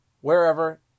wherever